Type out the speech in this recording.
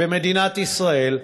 במדינת ישראל,